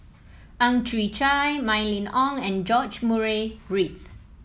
Ang Chwee Chai Mylene Ong and George Murray Reith